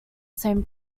same